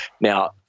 Now